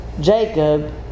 Jacob